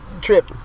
trip